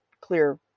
clear